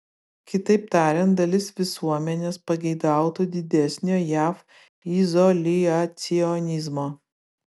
kitaip tariant dalis visuomenės pageidautų didesnio jav izoliacionizmo